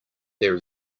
there